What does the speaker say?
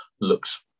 looks